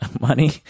money